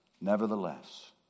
Nevertheless